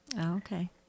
Okay